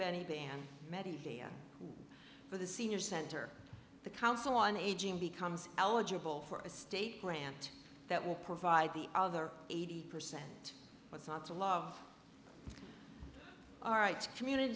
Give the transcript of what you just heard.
benny band medici for the senior center the council on aging becomes eligible for a state grant that will provide the other eighty percent what's not to love all rights community